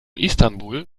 istanbul